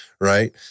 right